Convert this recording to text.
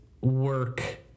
work